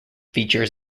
features